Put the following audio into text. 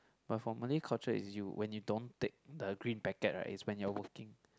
but for malay culture is you when you don't take the green packet right is when you are working